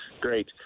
Great